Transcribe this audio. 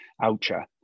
oucha